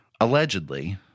allegedly